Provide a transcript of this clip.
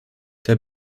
der